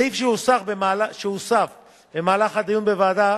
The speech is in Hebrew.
סעיף שהוסף במהלך הדיון בוועדה